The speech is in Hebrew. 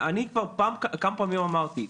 אני כמה פעמים אמרתי,